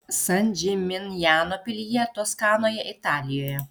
san džiminjano pilyje toskanoje italijoje